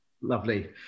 Lovely